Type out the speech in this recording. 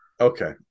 Okay